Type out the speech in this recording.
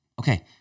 okay